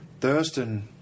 Thurston